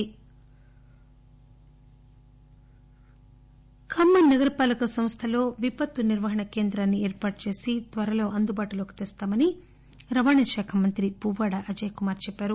పువ్వాడ ఖమ్మం ఖమ్మం నగరపాలక సంస్దలో విపత్తు నిర్వహణ కేంద్రాన్ని ఏర్పాటుచేసి త్వరలో అందుబాటులోకి తెస్తామని రవాణాశాఖ మంత్రి పువ్వాడ అజయ్ కుమార్ చెప్పారు